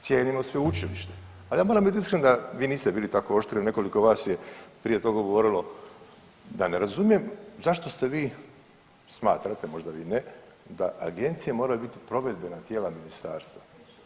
Cijenimo sveučilište, ali ja moram biti iskren da vi niste bili tako oštri, nekoliko vas je prije tog govorilo da ne razumijem zašto ste vi, smatrate, možda vi ne, da agencije moraju biti provedbena tijela ministarstva?